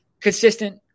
consistent